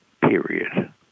period